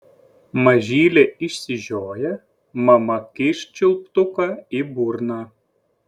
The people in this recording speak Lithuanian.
mažylė išsižioja mama kyšt čiulptuką į burną